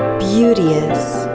beauteous.